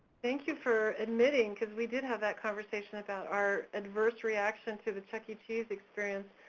thank you for admitting because we did have that conversation about our adverse reaction to the chuck e. cheese experience.